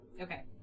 Okay